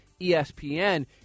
ESPN